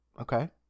Okay